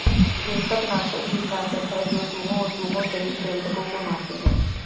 कृंतकनाशक कीटनाशक है जो चूहों और चूहों सहित कृन्तकों को मारते है